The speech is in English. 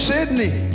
Sydney